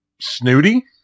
snooty